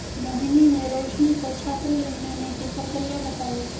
मोहिनी ने रोशनी को छात्र ऋण लेने की प्रक्रिया बताई